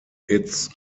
its